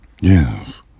Yes